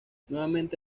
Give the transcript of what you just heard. nuevamente